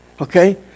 Okay